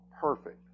perfect